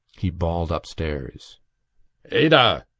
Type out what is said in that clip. he bawled upstairs ada!